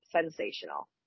sensational